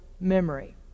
memory